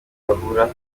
bahura